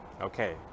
Okay